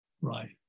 Right